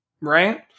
right